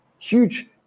Huge